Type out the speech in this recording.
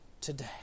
today